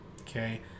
Okay